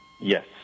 Yes